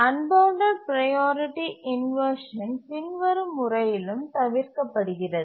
unbounded priority inversion பின்வரும் முறையிலும் தவிர்க்கப்படுகிறது